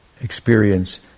experience